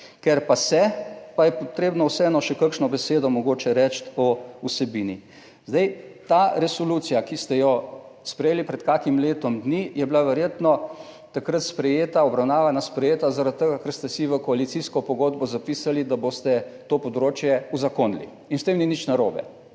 Ker pa se, pa je potrebno vseeno še kakšno besedo mogoče reči o vsebini. Zdaj ta resolucija, ki ste jo sprejeli pred kakim letom dni, je bila verjetno takrat sprejeta, obravnavana. Sprejeta, zaradi tega, ker ste si v koalicijsko pogodbo zapisali, da boste to področje uzakonili. In s tem ni nič narobe.